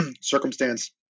circumstance